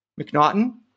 McNaughton